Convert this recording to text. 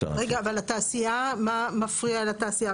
רגע, אבל התעשייה, מה מפריע לתעשייה?